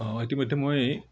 অঁ ইতিমধ্যে মই